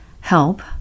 help